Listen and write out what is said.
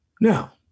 Now